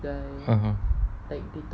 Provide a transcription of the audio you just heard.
(uh huh)